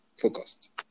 focused